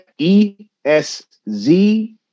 ESZ